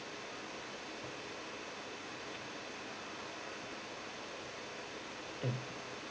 mm